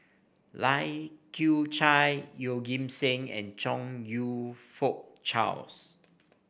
Lai Kew Chai Yeoh Ghim Seng and Chong You Fook Charles